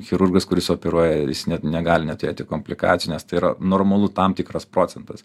chirurgas kuris operuoja jis net negali neturėti komplikacijų nes tai yra normalu tam tikras procentas